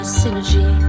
synergy